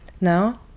now